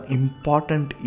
important